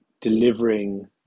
delivering